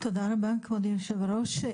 תודה רבה, כבוד היושב-ראש.